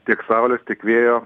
tiek saulės tiek vėjo